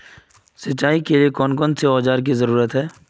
सिंचाई के लिए कौन कौन से औजार की जरूरत है?